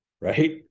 right